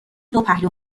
دوپهلو